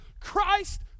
Christ